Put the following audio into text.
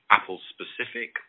Apple-specific